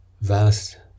vast